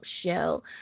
show